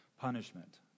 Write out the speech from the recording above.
punishment